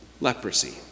leprosy